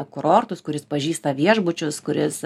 kurortus kuris pažįsta viešbučius kuris